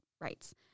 rights